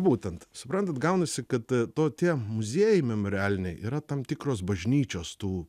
būtent suprantat gaunasi kad to tie muziejai memorialiniai yra tam tikros bažnyčios tų